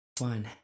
One